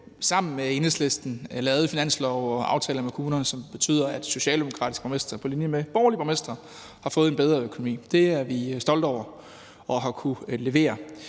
sammen med Enhedslisten lavet finanslove og aftaler med kommunerne, som betyder, at de socialdemokratiske borgmester på linje med de borgerlige borgmestre har fået en bedre økonomi. Det er vi stolte over at have kunnet levere.